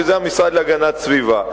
שזה המשרד להגנת הסביבה.